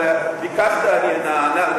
אבל ביקשת, אני נענה לבקשתך.